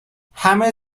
همه